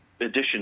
edition